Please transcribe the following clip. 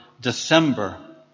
December